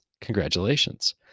Congratulations